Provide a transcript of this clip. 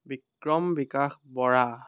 Vikram Bikash Bora